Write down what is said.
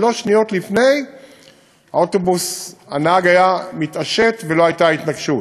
שלוש שניות לפני הנהג היה מתעשת ולא הייתה התנגשות.